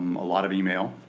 um a lot of email.